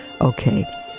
okay